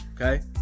Okay